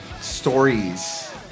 stories